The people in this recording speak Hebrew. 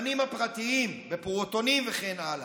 בגנים הפרטיים, בפעוטונים וכן הלאה.